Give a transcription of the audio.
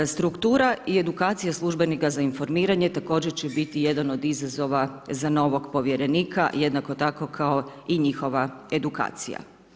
Struktura i edukacija službenika za informiranje također će biti jedan od izazova za novog povjerenika jednako tako kao i njihova edukacija.